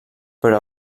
però